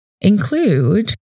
Include